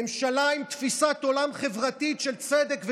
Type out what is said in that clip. ממשלה עם תפיסת עולם חברתית של צדק ושוויון,